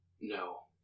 no